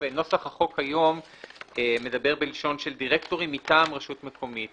נוסח החוק היום מדבר בלשון של דירקטורים מטעם רשות מקומית.